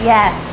Yes